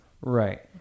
Right